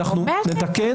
אנחנו נתקן.